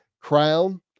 crown